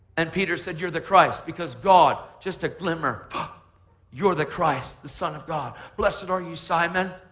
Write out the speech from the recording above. and peter said you're the christ, because god, just a glimmer you're the christ, the son of god. blessed and are you, simon.